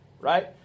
right